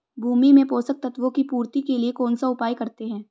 भूमि में पोषक तत्वों की पूर्ति के लिए कौनसा उपाय करते हैं?